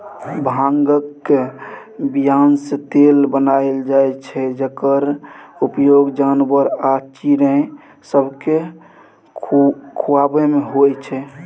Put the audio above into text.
भांगक बीयासँ तेल बनाएल जाइ छै जकर उपयोग जानबर आ चिड़ैं सबकेँ खुआबैमे होइ छै